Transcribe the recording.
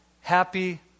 happy